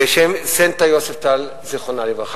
בשם סנטה יוספטל, זיכרונה לברכה.